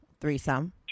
threesome